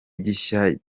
gishya